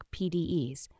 PDEs